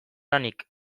lanik